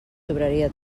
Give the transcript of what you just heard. sobraria